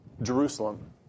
Jerusalem